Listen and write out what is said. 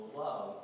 love